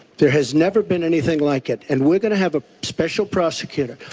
there has never been anything like it. and we're gonna have a special prosecutor.